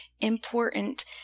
important